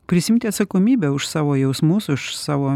prisiimti atsakomybę už savo jausmus už savo